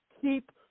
keep